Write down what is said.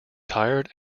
tired